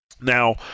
Now